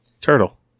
Turtle